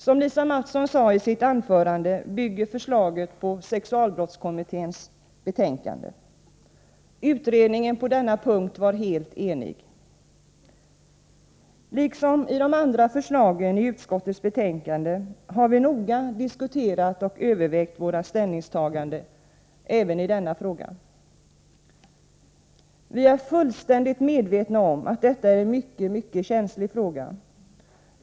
Som Lisa Mattson sade i sitt anförande bygger förslaget på sexualbrottskommitténs betänkande. Utredningen var på denna punkt helt enig. Liksom beträffande de andra förslagen i utskottets betänkande har vi noga diskuterat och övervägt vårt ställningstagande även i denna fråga. Vi är fullständigt medvetna om att detta är en synnerligen känslig fråga.